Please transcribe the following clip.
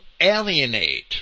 alienate